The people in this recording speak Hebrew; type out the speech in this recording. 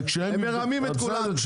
הם מרמים את כולם.